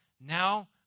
Now